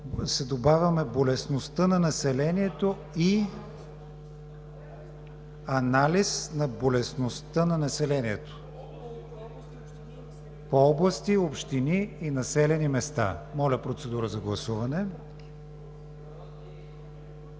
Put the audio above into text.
се добавя: „болестността на населението и“…, „анализ на болестността на населението по области, общини и населени места“. Моля, процедура за гласуване.